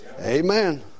Amen